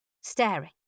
staring